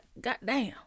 goddamn